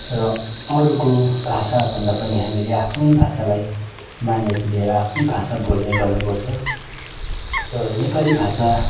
र अरूको भाषाभन्दा पनि हामीले आफ्नै भाषालाई मान्यता दिएर आफ्नै भाषा बोल्ने गर्नुपर्छ र नेपाली भाषा